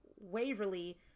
waverly